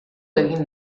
egin